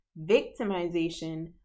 victimization